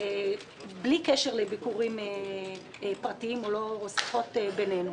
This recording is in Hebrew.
בלי קשר לביקורים פרטיים או שיחות בינינו.